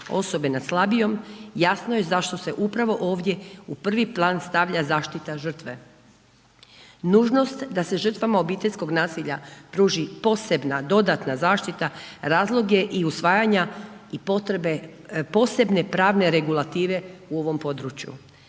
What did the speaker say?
osobe nad slabijom, jasno je zašto se upravo ovdje u prvi plan stavlja zaštita žrtve. Nužnost da se žrtvama obiteljskog nasilja pruži posebna dodatna zaštita razlog je i usvajanja i potrebe posebne pravne regulative u ovom području.